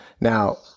Now